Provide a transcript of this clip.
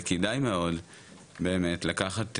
וכדאי מאוד באמת לקחת,